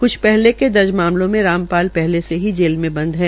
क्छ पहले के दर्ज मामलों में रामपाल पहले से ही जेल में बंद है